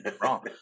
wrong